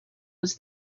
was